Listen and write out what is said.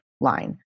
line